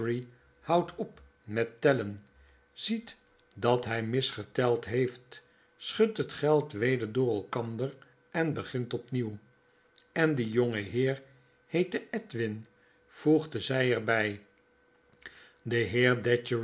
houdt op met tellen ziet dat hy misgeteld heeft schudt het geld weder door elkander en begint opnieuw en die jongeheer heette edwin voegdezy er by de